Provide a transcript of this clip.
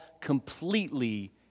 completely